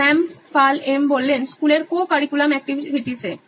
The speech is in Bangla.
শ্যাম স্কুলের কো কারিকুলাম এক্টিভিটিসে